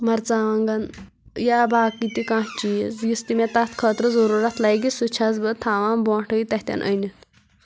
مرژٕوانگن یا باقے تہِ کانٛہہ چیٖز یُس تہِ مےٚ تتھ خٲطرٕضروٗرتھ لگہِ سُہ چھَس بہٕ تھاوان برونٹھٕے تتٮ۪تھ أنِتھ